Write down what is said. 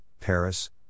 Paris